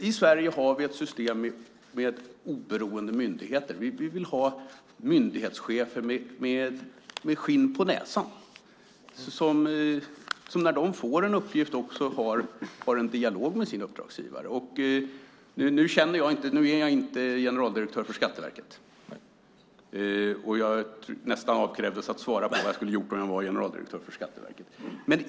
I Sverige har vi ett system med oberoende myndigheter. Vi vill ha myndighetschefer med skinn på näsan som, när de får en uppgift, har en dialog med sin uppdragsgivare. Jag är inte generaldirektör för Skatteverket. Jag avkrävdes nästan att svara på vad jag skulle göra om jag var generaldirektör för Skatteverket.